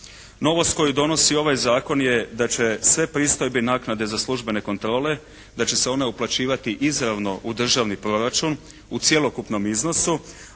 Novost koju donosi ovaj zakon je da će sve pristojbe i naknade za službene kontrole da će se one uplaćivati izravno u državni proračun. U cjelokupnom iznosu.